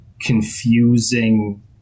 confusing